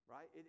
Right